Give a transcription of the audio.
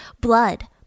blood